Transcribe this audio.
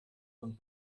und